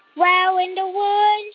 wow in the world.